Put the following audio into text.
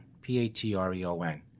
P-A-T-R-E-O-N